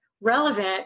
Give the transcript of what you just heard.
relevant